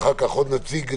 ואחריו עוד נציג,